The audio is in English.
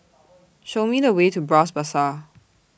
Show Me The Way to Bras Basah